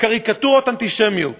קריקטורות אנטישמיות